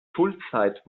schulzeit